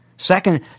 Second